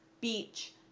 beach